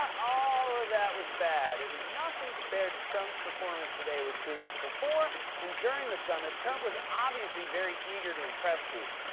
all of that was bad, it was nothing compared to trump's performance today with putin. before and during the summit, trump was obviously very eager to impress putin.